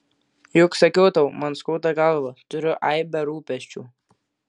juk sakiau tau man skauda galvą turiu aibę rūpesčių